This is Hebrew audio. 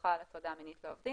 להדרכה על הטרדה מינית לעובדים.